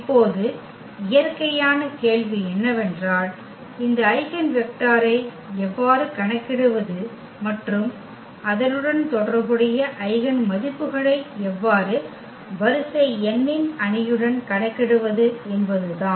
இப்போது இயற்கையான கேள்வி என்னவென்றால் இந்த ஐகென் வெக்டரை எவ்வாறு கணக்கிடுவது மற்றும் அதனுடன் தொடர்புடைய ஐகென் மதிப்புக்களை எவ்வாறு வரிசை n இன் அணியுடன் கணக்கிடுவது என்பது தான்